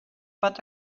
pot